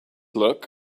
look